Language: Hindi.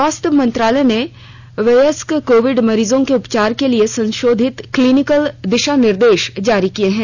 स्वास्थ्य मंत्रालय ने वयस्क कोविड मरीजों के उपचार के लिए संशोधित क्नीनिकल दिशा निर्देश जारी किए हैं